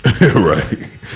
Right